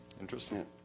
interesting